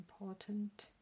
important